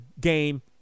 game